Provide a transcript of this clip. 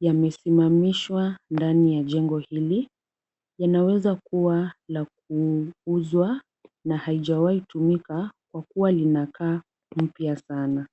yamesimamishwa ndani ya jengo hili. Yanaweza kuwa la kuuzwa na haijawaitumika kwa kuwa linakaa mpya sana.